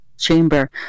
chamber